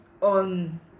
on